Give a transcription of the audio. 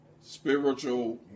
spiritual